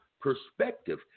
perspective